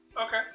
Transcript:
Okay